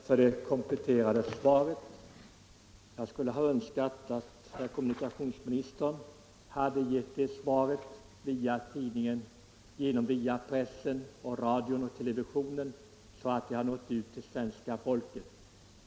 Herr talman! Jag tackar för kommunikationsministerns kompletterande svar. Jag skulle ha önskat att kommunikationsministern givit det beskedet på ett tidigare stadium via pressen, radion och televisionen så att det hade nått ut till svenska folket.